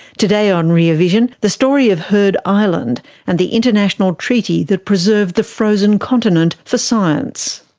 today on rear vision, the story of heard island and the international treaty that preserved the frozen continent for science.